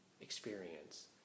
experience